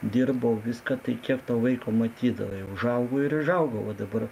dirbau viską tai kiek to vaiko matydavai užaugo ir užaugo o dabar